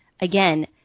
again –